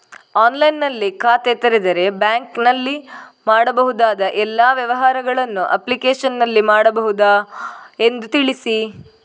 ಆನ್ಲೈನ್ನಲ್ಲಿ ಖಾತೆ ತೆರೆದರೆ ಬ್ಯಾಂಕಿನಲ್ಲಿ ಮಾಡಬಹುದಾ ಎಲ್ಲ ವ್ಯವಹಾರಗಳನ್ನು ಅಪ್ಲಿಕೇಶನ್ನಲ್ಲಿ ಮಾಡಬಹುದಾ ಎಂದು ತಿಳಿಸಿ?